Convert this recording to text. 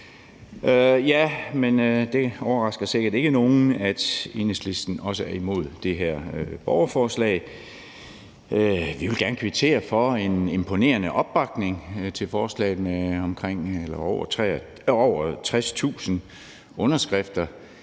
for det. Det overrasker sikkert ikke nogen, at Enhedslisten også er imod det her borgerforslag. Vi vil gerne kvittere for en imponerende opbakning til forslaget med over 60.000 underskrifter.